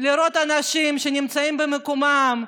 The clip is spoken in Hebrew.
לראות אנשים שנמצאים במקומם,